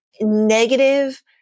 negative